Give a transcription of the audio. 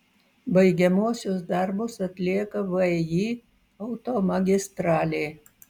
baigiamuosius darbus atlieka vį automagistralė